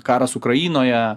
karas ukrainoje